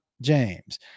James